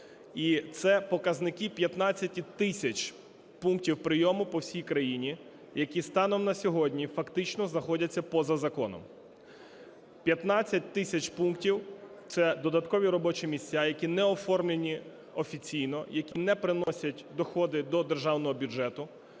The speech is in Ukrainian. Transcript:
це показники 15 тисяч пунктів прийому по всій країні, які станом на сьогодні фактично знаходяться поза законом. 15 тисяч пунктів – це додаткові робочі місця, які не оформлені офіційно, які не приносять доходи до державного бюджету,